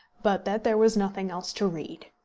but that there was nothing else to read.